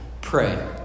pray